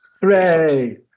hooray